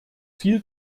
viel